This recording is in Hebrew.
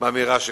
באמירה שכזו.